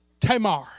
Tamar